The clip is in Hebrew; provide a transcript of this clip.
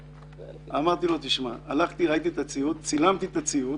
אמרתי לו תשמע, צילמתי את הציוד